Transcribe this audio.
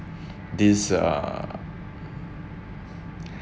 this uh